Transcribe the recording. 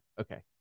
Okay